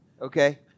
okay